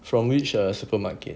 from which err supermarket